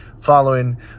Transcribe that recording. following